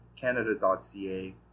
canada.ca